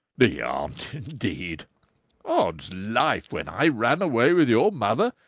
the aunt indeed! odds life! when i ran away with your mother,